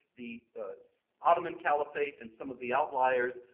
the ottoman caliphate and some of the outliers,